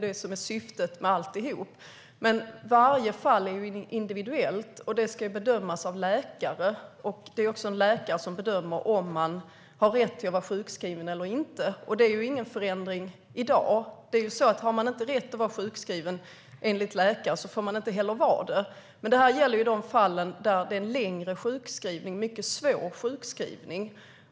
Det är syftet med allt. Men varje fall är individuellt, och det ska bedömas av läkare. Det är också en läkare som bedömer om man har rätt att vara sjukskriven eller inte. Det är ingen förändring i dag. Om man enligt läkaren inte har rätt att vara sjukskriven får man inte heller vara det. Men den här frågan gäller de fall där det är fråga om en längre, svår sjukskrivning.